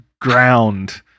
ground